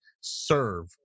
serve